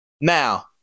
Now